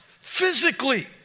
physically